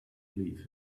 leave